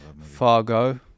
Fargo